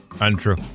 Untrue